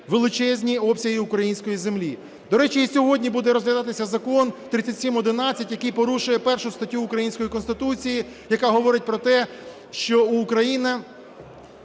величезні обсяги української землі. До речі, і сьогодні буде розглядатися Закон 3711, який порушує 1 статтю української Конституції, яка говорить про те, що Україна